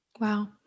Wow